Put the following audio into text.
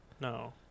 no